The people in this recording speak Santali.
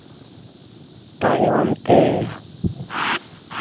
ᱛᱟᱭᱚᱢᱼᱛᱮ